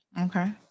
Okay